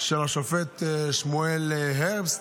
של השופט שמואל הרבסט,